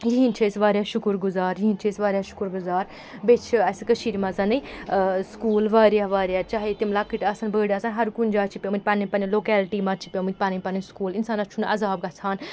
یِہِنٛدۍ چھِ أسۍ واریاہ شُکُر گُزار یِہِنٛدۍ چھِ أسۍ واریاہ شُکُر گُزار بیٚیہِ چھِ اَسہِ کٔشیٖرِ منٛزنٕے سکوٗل واریاہ واریاہ چاہے تِم لۄکٕٹۍ آسَن بٔڑۍ آسَن ہَر کُنہِ جایہِ چھِ پیٚمٕتۍ پنٛنہِ پنٛنہِ لوکیلٹی منٛز چھِ پیٚمٕتۍ پنٕنۍ پنٕنۍ سکوٗل اِنسانَس چھُنہٕ عذاب گژھان